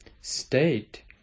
state